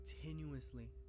continuously